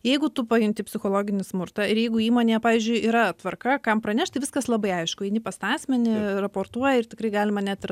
jeigu tu pajunti psichologinį smurtą ir jeigu įmonėje pavyzdžiui yra tvarka kam pranešti viskas labai aišku eini pas tą asmenį raportuoji ir tikrai galima net ir